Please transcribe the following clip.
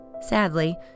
sadly